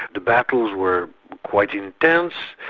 the battles were quite intense,